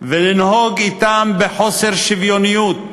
ולנהוג אתם בחוסר שוויוניות,